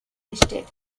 listed